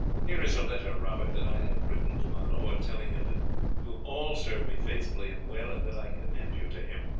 here is a letter, robert, that i have written to my lord telling him that you have all served me faithfully and well, and that i commend you to him.